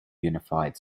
unified